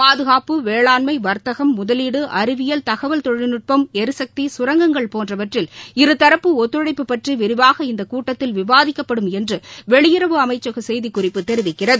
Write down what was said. பாதுகாப்பு வேளாண்மை வா்த்தகம் முதலீடு அறிவியல் தகவல் தொழில்நுட்பம் எரிசக்தி சுரங்கங்கள் போன்றவற்றில் இருதரப்பு ஒத்துழைப்பு பற்றிவிரிவாக இந்தகூட்டத்தில் விவாதிக்கப்படும் என்றுவெளியுறவு அமைச்சகசெய்திக்குறிப்பு தெரிவிக்கிறது